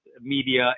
media